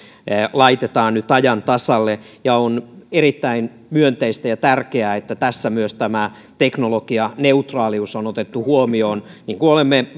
laitetaan nyt ajan tasalle ja on erittäin myönteistä ja tärkeää että tässä myös tämä teknologianeutraalius on otettu huomioon niin kuin olemme